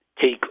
take